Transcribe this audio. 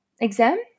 exam